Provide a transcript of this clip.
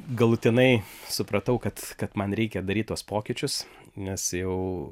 galutinai supratau kad kad man reikia daryt tuos pokyčius nes jau